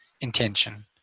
intention